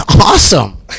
awesome